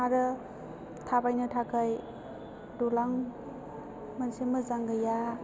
आरो थाबायनो थाखाय दालां मोनसे मोजां गैया